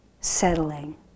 settling